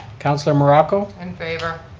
council morocco? in favor.